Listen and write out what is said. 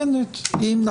היא הנותנת, מכובדי.